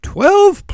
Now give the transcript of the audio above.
Twelve